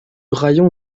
raïon